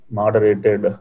moderated